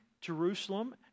Jerusalem